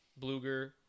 Bluger